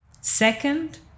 Second